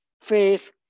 faith